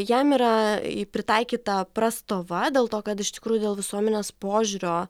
jam yra pritaikyta prastova dėl to kad iš tikrųjų dėl visuomenės požiūrio